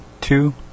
two